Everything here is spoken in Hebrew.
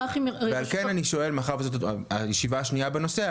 ועל כן אני שואל מאחר וזו הישיבה השנייה בנושא,